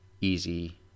easy